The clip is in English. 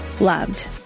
loved